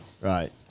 Right